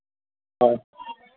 হয়